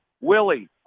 Willie